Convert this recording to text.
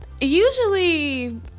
usually